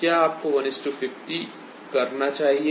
क्या आपको 150 करना चाहिए